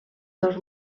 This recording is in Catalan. seus